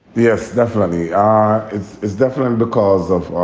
yes, definitely. ah is is definitely because of